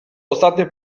ostatnio